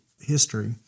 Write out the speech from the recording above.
history